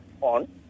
on